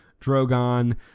Drogon